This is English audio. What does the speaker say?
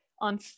on